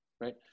right